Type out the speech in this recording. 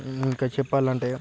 ఇంకా చెప్పాలంటే